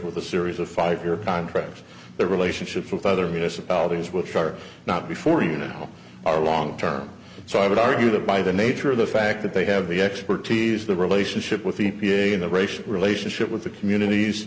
with a series of five year contracts the relationships with other municipalities which are not before you now are long term so i would argue that by the nature of the fact that they have the expertise the relationship with the p a integration relationship with the